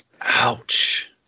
Ouch